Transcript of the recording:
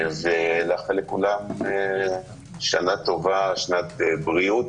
לאחל לכולם שנה טובה, שנת בריאות.